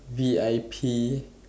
V_I_P